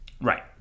Right